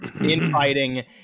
infighting